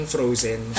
Frozen